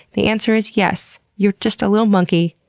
the answer is yes. you're just a little monkey,